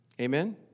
Amen